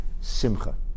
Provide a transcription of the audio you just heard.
simcha